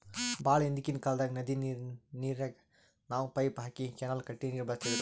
ಭಾಳ್ ಹಿಂದ್ಕಿನ್ ಕಾಲ್ದಾಗ್ ನದಿ ನೀರಿಗ್ ನಾವ್ ಪೈಪ್ ಹಾಕಿ ಕೆನಾಲ್ ಕಟ್ಟಿ ನೀರ್ ಬಳಸ್ತಿದ್ರು